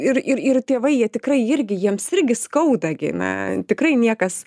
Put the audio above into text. ir ir ir tėvai jie tikrai irgi jiems irgi skauda gi na tikrai niekas